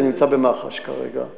זה נמצא במח"ש כרגע.